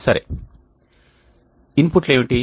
సరే ఇన్పుట్లు ఏమిటి